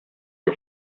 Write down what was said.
you